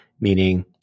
meaning